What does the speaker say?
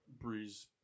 Breeze